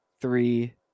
three